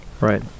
right